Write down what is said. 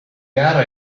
gara